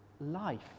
life